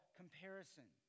comparison